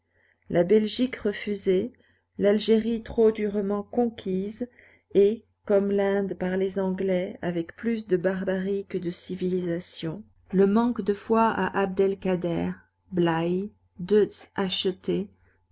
la belgique refusée l'algérie trop durement conquise et comme l'inde par les anglais avec plus de barbarie que de civilisation le manque de foi à abd-el-kader blaye deutz acheté